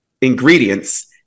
ingredients